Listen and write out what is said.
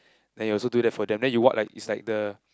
then you also do that for them then you what like is like the